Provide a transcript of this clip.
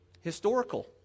historical